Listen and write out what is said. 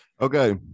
Okay